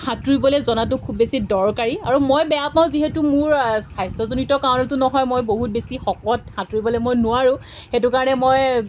সাঁতুৰিবলৈ জনাটো খুব বেছি দৰকাৰী আৰু মই বেয়া পাওঁ যিহেতু মোৰ স্বাস্থ্যজনিত কাৰণতো নহয় মই বহুত বেছি শকত সাঁতুৰিবলৈ মই নোৱাৰোঁ সেইটো কাৰণে মই